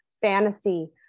fantasy